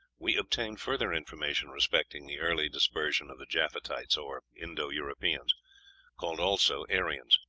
we obtain further information respecting the early dispersion of the japhethites or indo-europeans called also aryans.